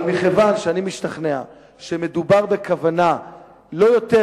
אבל מכיוון שאני משתכנע שמדובר בלא יותר